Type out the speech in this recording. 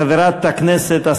חברת הכנסת,